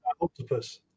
octopus